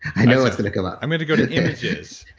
i know what's going to come up i'm going to go to images.